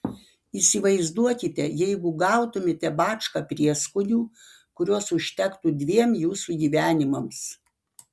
įsivaizduokite jeigu gautumėte bačką prieskonių kurios užtektų dviem jūsų gyvenimams